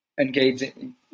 engaging